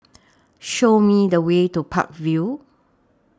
Show Me The Way to Park Vale